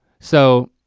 so,